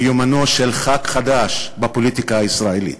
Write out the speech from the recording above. מיומנו של ח"כ חדש בפוליטיקה הישראלית.